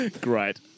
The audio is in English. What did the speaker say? Great